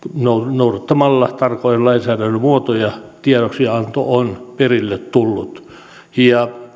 noudattamalla tarkoin lainsäädännön muotoja tiedoksianto on perille tullut